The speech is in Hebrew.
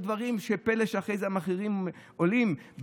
אין פלא שאחרי זה המחירים עולים.